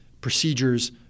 procedures